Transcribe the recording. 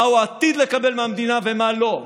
מה הוא עתיד לקבל מהמדינה ומה לא,